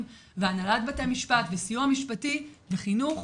והנהלת בתי משפט וסיוע משפטי וחינוך,